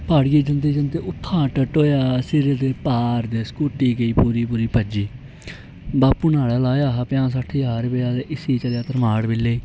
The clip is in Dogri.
प्हाड़ियै गी जंदे जंदे उत्थां तरटोएआ सिरै दे भार ते स्कूटी गई पूरी पूरी भज्जी बापू न्हाड़े लाया हा पंजाह् सट्ठ ज्हार रपेआ ते इस्सी चलेआ धरमाड़ बिल्ले गी